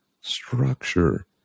structure